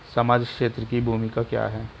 सामाजिक क्षेत्र की भूमिका क्या है?